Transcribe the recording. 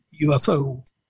UFO